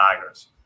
Tigers